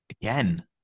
Again